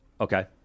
Okay